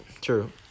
true